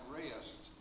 rest